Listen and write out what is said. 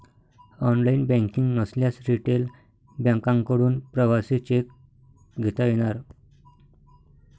online banking नसल्यास retail बँकांकडून प्रवासी चेक घेता येणार